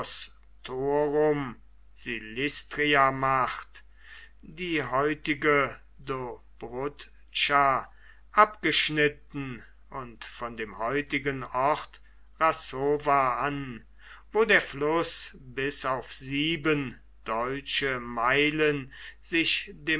macht die heutige dobrudscha abgeschnitten und von dem heutigen ort rassowa an wo der fluß bis auf sieben deutsche meilen sich